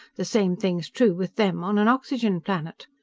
the same thing's true with them on an oxygen planet.